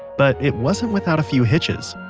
but, it wasn't without a few hitches.